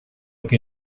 que